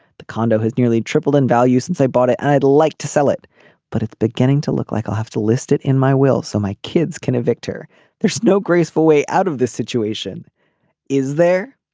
the condo has nearly tripled in value since i bought it. i'd like to sell it but it's beginning to look like i'll have to listed in my will so my kids can evict her there's no graceful way out of this situation is there.